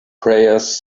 prayers